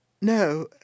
No